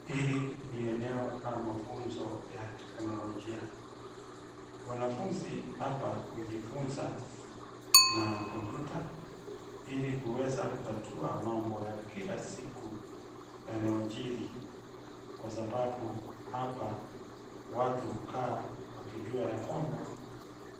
Hili ni eneo la mafunzo ya teknolojia. Wanafunzi hapa hujifunza na komputa ili kuweza kutatua mambo ya kila siku yanayojiri kwa sababu hapa watu hukaa wakijua ya kwamba